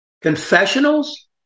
confessionals